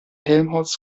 helmholtz